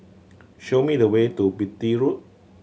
show me the way to Beatty Road